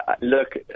look